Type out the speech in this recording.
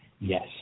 Yes